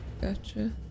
gotcha